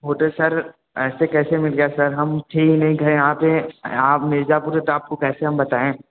वो तो सर ऐसे कैसे मिल गया सर हम थे ही नहीं घे यहाँ पर आप मिर्ज़ापुर हैं तो आपको कैसे हम बताएँ